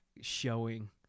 showing